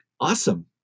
awesome